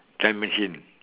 time machine